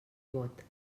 vot